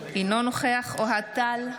אינו נוכח אוהד טל,